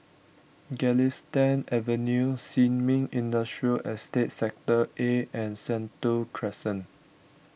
Galistan Avenue Sin Ming Industrial Estate Sector A and Sentul Crescent